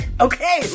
okay